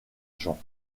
jean